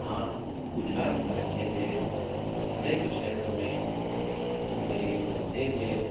हा गुजरात राज्य जे हर हिकु शहर में भई धंधे जे